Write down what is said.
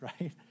right